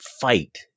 fight